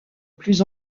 plus